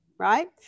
Right